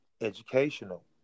educational